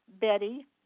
Betty